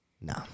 No